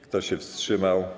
Kto się wstrzymał?